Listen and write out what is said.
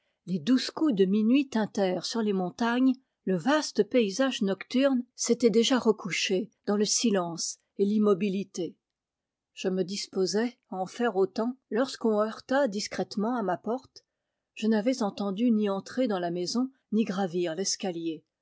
les douze coups de minuit tintèrent sur les montagnes le vaste paysage nocturne s'était déjà recouché dans le silence et l'immobilité je me disposais à en faire autant lorsqu'on heurta discrètement à ma porte je n'avais entendu ni entrer dans la maison ni gravir l'escalier